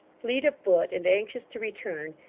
fleet of foot, and anxious to return,